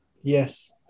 Yes